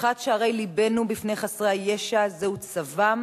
פתיחת שערי לבנו בפני חסרי הישע, זהו צוום